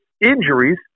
injuries